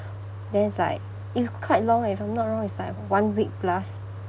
then it's like it's quite long leh if I'm not wrong it's like one week plus